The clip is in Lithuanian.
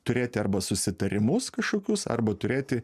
turėti arba susitarimus kažkokius arba turėti